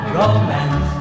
romance